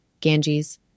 Ganges